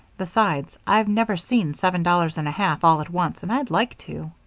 besides, i've never seen seven dollars and a half all at once, and i'd like to.